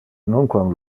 nunquam